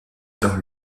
dans